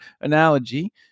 analogy